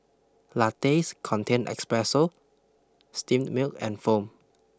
lattes contain espresso steamed milk and foam